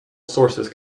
sources